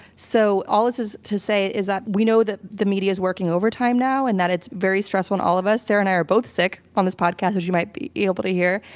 so all this is to say is that we know the the media's working overtime now, and that it's very stressful on all of us. sarah and i are both sick on this podcast, as you might be able to hear,